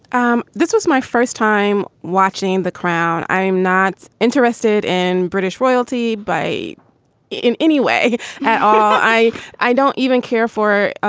um this was my first time watching the crown. i'm not interested in british royalty by in any way at all i i don't even care for